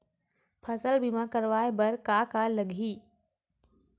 फसल बीमा करवाय बर का का लगही?